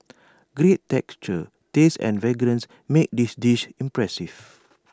great texture taste and fragrance make this dish impressive